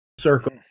Circle